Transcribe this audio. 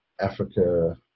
Africa